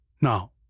Now